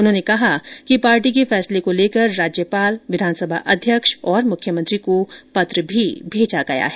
उन्होंने कहा कि पार्टी के फैसले को लेकर राज्यपाल विधानसभा अध्यक्ष और मुख्यमंत्री को पत्र भी भेजा गया है